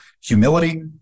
humility